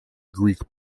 greek